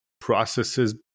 processes